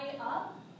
up